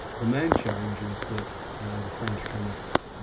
the main change is that the french chemist,